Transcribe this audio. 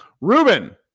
Ruben